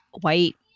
white